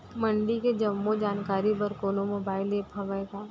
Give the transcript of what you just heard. मंडी के जम्मो जानकारी बर कोनो मोबाइल ऐप्प हवय का?